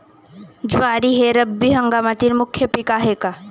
ज्वारी हे रब्बी हंगामातील मुख्य पीक आहे का?